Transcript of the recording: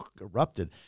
erupted